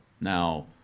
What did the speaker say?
now